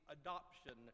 adoption